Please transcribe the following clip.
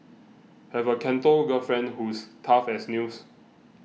have a Canto girlfriend who's tough as nails